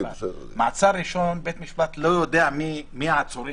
מעצר ראשון בית משפט לא יודע מי העצורים.